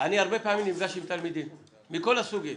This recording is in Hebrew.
אני הרבה פעמים נפגש עם תלמידים מכל הסוגים